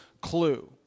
clue